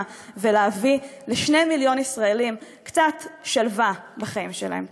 ולהביא ל-2 מיליון ישראלים קצת שלווה בחיים שלהם.